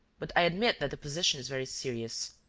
but i admit that the position is very serious.